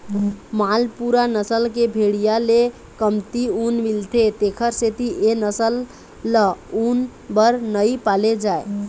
मालपूरा नसल के भेड़िया ले कमती ऊन मिलथे तेखर सेती ए नसल ल ऊन बर नइ पाले जाए